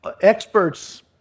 experts